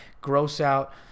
gross-out